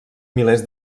milers